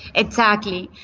exactly.